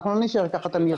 אנחנו לא נישאר ככה תמיד,